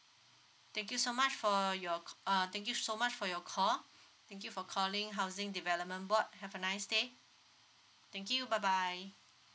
thank you so much for your uh thank you so much for your call thank you for calling housing development board have a nice day thank you bye bye